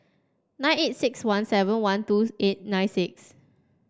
nine eight six one seven one two eight nine six